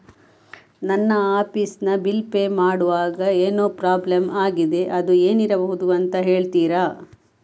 ನನ್ನ ಆಫೀಸ್ ನ bill pay ಮಾಡ್ವಾಗ ಏನೋ ಪ್ರಾಬ್ಲಮ್ ಆಗಿದೆ ಅದು ಏನಿರಬಹುದು ಅಂತ ಹೇಳ್ತೀರಾ?